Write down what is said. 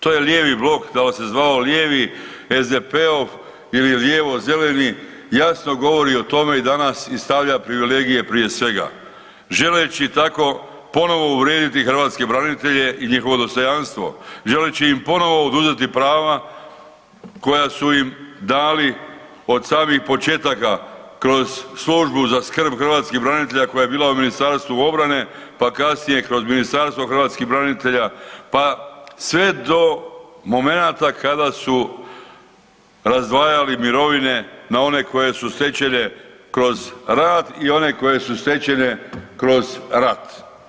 To je lijevi blok, da li se zvao lijevi SDP-ov ili lijevo-zeleni jasno govori o tome i danas i stavlja privilegije prije svega želeći tako ponovo uvrijediti hrvatske branitelje i njihovo dostojanstvo, želeći im ponovo oduzeti prava koja su im dali od samih početaka kroz službu za skrb hrvatskih branitelja koja je bila Ministarstvu obrane, pa kasnije kroz Ministarstvo hrvatskih branitelja pa sve do momenata kada su razdvajali mirovine na one koje su stečene kroz rad i one koje su stečene kroz rat.